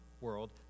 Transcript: world